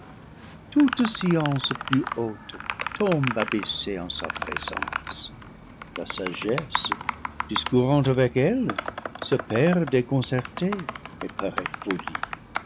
toute science plus haute tombe abaissée en sa présence la sagesse discou rant avec elle se perd déconcertée et paraît folie